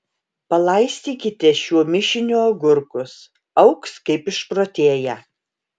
palaistykite šiuo mišiniu agurkus augs kaip išprotėję